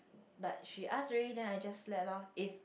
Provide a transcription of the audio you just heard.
but she ask already then I just let loh if